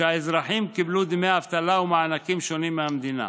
שהאזרחים קיבלו דמי אבטלה ומענקים שונים מהמדינה.